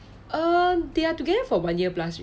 they are together for one year plus already